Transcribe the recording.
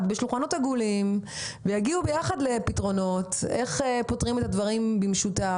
בשולחנות עגולים ויגיעו ביחד לפתרונות משותפים.